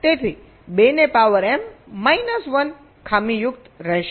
તેથી 2 ને power m minus 1 ખામીયુક્ત રહેશે